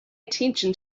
attention